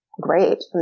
great